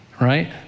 right